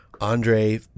Andre